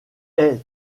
est